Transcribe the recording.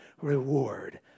reward